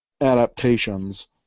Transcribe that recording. adaptations